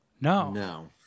No